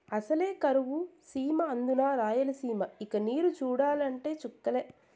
అసలే కరువు సీమ అందునా రాయలసీమ ఇక నీరు చూడాలంటే చుక్కలే